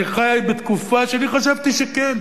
אני חי בתקופה שאני חשבתי שכן.